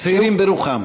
צעירים ברוחם.